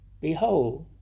Behold